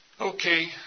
Okay